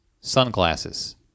sunglasses